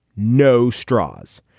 no straws.